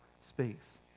speaks